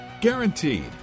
Guaranteed